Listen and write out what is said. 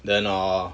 then err